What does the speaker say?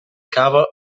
cava